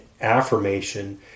affirmation